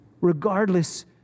Regardless